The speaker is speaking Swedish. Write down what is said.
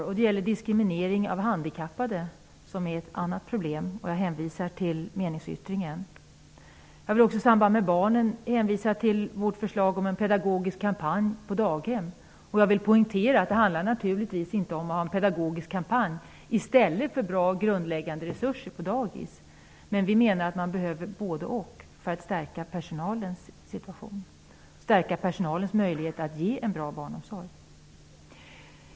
Ett sådant gäller diskrimineringen av handikappade, som är ett annat problem. Jag hänvisar här till vår meningsyttring. Jag vill hänvisa till vårt förslag om en pedagogisk kampanj på daghem. Jag vill poängtera att det naturligtvis inte handlar om att ha en pedagogisk kampanj i stället för bra och grundläggande resurser på dagis. Vi menar att både och behövs för att stärka personalens situation och förbättra deras möjligheter att ge en bra barnomsorg.